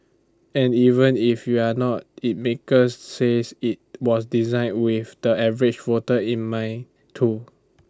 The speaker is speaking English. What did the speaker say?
and even if you're not IT makers says IT was designed with the average voter in mind too